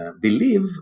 believe